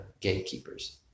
gatekeepers